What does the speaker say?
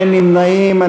אין נמנעים.